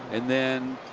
and then,